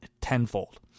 tenfold